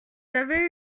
avez